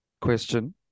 question